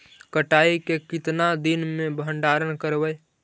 कटाई के कितना दिन मे भंडारन करबय?